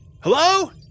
Hello